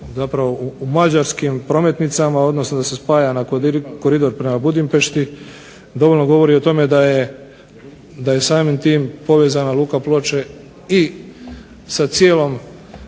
završava u Mađarskim prometnicama, da se spaja na koridor prema Budimpešti dovoljno govori o tome da je samim tim povezana luka Ploče i sa cijelom